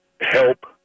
help